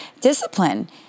Discipline